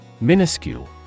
Minuscule